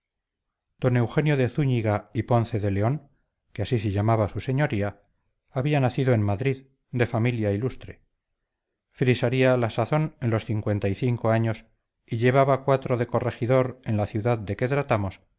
don eugenio de zúñiga y ponce de león que así se llamaba su señoría había nacido en madrid de familia ilustre frisaría a la sazón en los cincuenta y cinco años y llevaba cuatro de corregidor en la ciudad de que tratamos